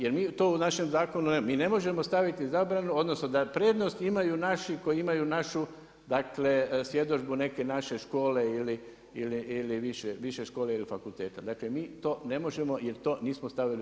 Jer mi to u našem zakonu, mi ne možemo staviti zabranu, odnosno da prednost imaju naši, koji imaju našu svjedodžbu neke naše škole ili više škole ili fakulteta, dakle, mi to ne možemo, jer to nismo stavili u